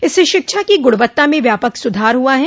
इससे शिक्षा की गुणवत्ता में व्यापक सुधार हुआ है